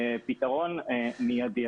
פתרון מיידי.